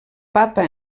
papa